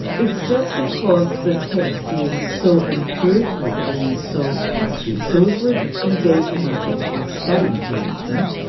it's just because the text is so empirical and so patchy. so if we're engaging in textual study for instance,